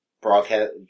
Broadcast